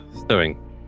stirring